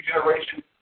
generation